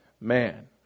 man